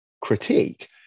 critique